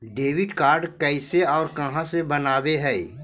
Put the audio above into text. Debit card कैसे और कहां से बनाबे है?